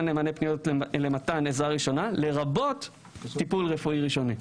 לפניות טלפוניות למתן עזרה ראשונה לרבות טיפול רפואי ראשוני'.